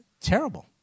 Terrible